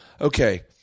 Okay